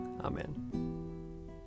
Amen